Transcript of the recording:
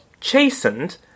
chastened